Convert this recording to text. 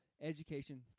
Education